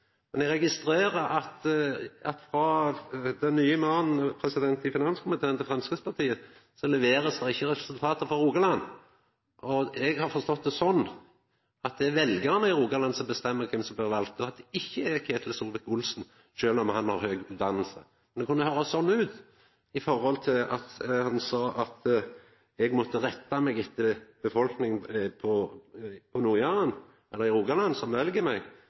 Men eg registrerer at frå Framstegspartiets nye mann i finanskomiteen blir det ikkje levert resultat for Rogaland. Eg har fortstått det slik at det er veljarane i Rogaland som bestemmer kven som blir valde, og at det ikkje er Ketil Solvik-Olsen, sjølv om han har høg utdanning. Men det kunne høyrast slik ut då han sa at eg måtte retta meg etter befolkninga i Rogaland, som vel meg. Men det er faktisk slik at i